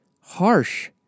Harsh